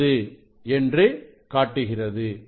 9 என்று காட்டுகிறது